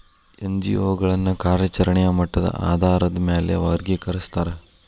NGO ಗಳನ್ನ ಕಾರ್ಯಚರೆಣೆಯ ಮಟ್ಟದ ಆಧಾರಾದ್ ಮ್ಯಾಲೆ ವರ್ಗಿಕರಸ್ತಾರ